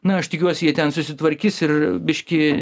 na aš tikiuosi jie ten susitvarkys ir biškį